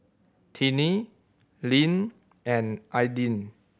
Tinnie Linn and Aidyn